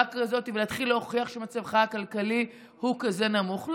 כזאת ולהתחיל להוכיח שמצבך הכלכלי הוא כזה נמוך.